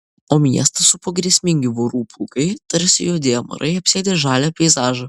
o miestą supo grėsmingi vorų pulkai tarsi juodi amarai apsėdę žalią peizažą